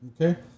Okay